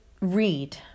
read